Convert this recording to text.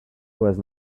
was